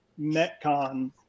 metcon